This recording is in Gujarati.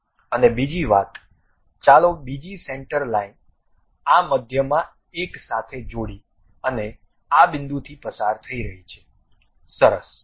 અને બીજી વાત ચાલો બીજી સેન્ટર લાઇન આ મધ્યમાં એક સાથે જોડી અને આ બિંદુથી પસાર થઈ રહી છે સરસ